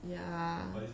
ya